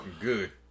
good